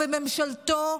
ובממשלתו,